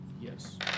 Yes